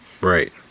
Right